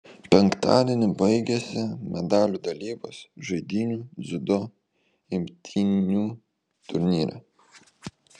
penktadienį baigėsi medalių dalybos žaidynių dziudo imtynių turnyre